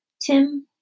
Tim